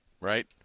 right